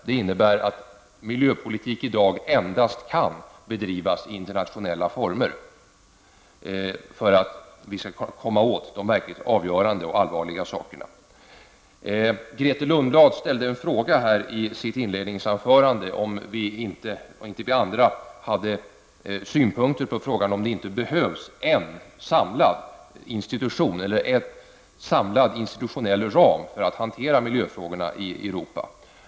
Det innebär att miljöpolitiken i dag endast kan bedrivas i internationella former, för att vi skall komma åt de verkligt avgörande och allvarliga sakerna. Grethe Lundblad ställde en fråga i sitt inledningsanförande, om inte vi andra hade synpunkter på frågan om det behövs en samlad institution eller en samlad institutionell ram för att hantera miljöfrågorna i Europa.